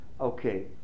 Okay